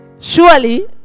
Surely